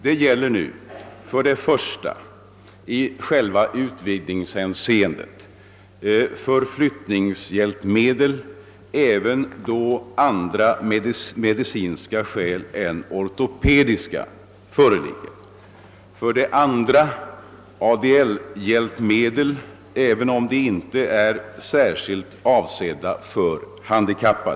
Det gäller nu för det första i själva utvidgningshänseendet förflyttningshjälpmedel även då andra medicinska skäl än ortopediska föreligger. För det andra gäller det ADL-hjälpmedel, även om de inte är särskilt avsedda för handikappade.